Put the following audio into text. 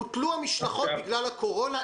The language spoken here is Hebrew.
בוטלו המשלחות בגלל הקורונה,